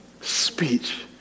speech